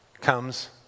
comes